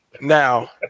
Now